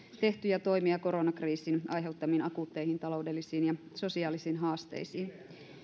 tehtyjä toimia koronakriisin aiheuttamiin akuutteihin taloudellisiin ja sosiaalisiin haasteisiin